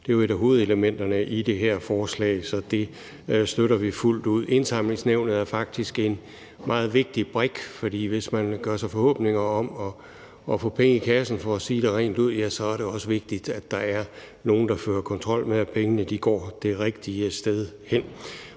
Det er jo et af hovedelementerne i det her forslag, og det støtter vi fuldt ud. Indsamlingsnævnet er faktisk en meget vigtig brik, for hvis man gør sig forhåbninger om at få penge i kassen – for at sige det rent ud – så er det også vigtigt, at der er nogen, der fører kontrol med, at pengene går det rigtige sted hen.